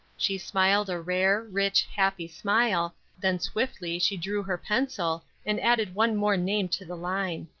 she smiled a rare, rich, happy smile then swiftly she drew her pencil and added one more name to the line.